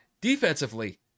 defensively